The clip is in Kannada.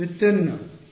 ವ್ಯುತ್ಪನ್ನ